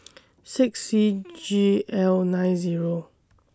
six C G L nine Zero